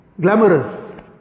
glamorous